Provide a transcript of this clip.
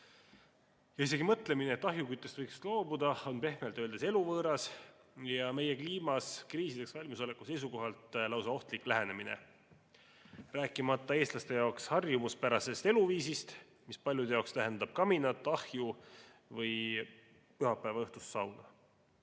Isegi mõtlemine, et ahjuküttest võiks loobuda, on pehmelt öeldes eluvõõras ja meie kliimas kriisideks valmisoleku seisukohalt lausa ohtlik lähenemine. Rääkimata eestlaste jaoks harjumuspärasest eluviisist, mis paljude jaoks tähendab kaminat, ahju või pühapäevaõhtust sauna.